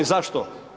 Zašto?